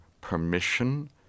permission